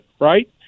right